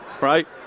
Right